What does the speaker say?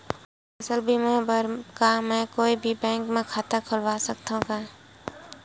फसल बीमा बर का मैं कोई भी बैंक म खाता खोलवा सकथन का?